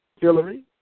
Hillary